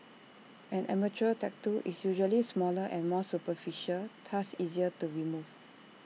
an amateur tattoo is usually smaller and more superficial thus easier to remove